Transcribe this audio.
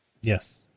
Yes